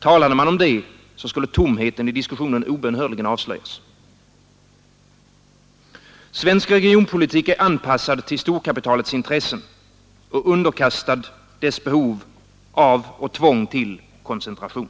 Talade man om det, skulle tomheten i diskussionen obönhörligen avslöjas. Svensk regionalpolitik är anpassad till storkapitalets intressen och underkastad dess behov av och tvång till koncentration.